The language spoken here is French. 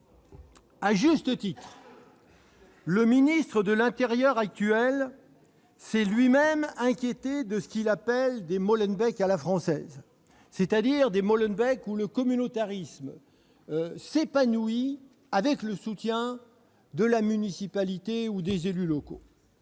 À juste titre, l'actuel ministre de l'intérieur s'est lui-même inquiété de ce qu'il appelle des « Molenbeek à la française », c'est-à-dire des villes où le communautarisme s'épanouit avec le soutien de la municipalité ou des élus locaux.